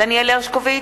דניאל הרשקוביץ,